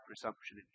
presumption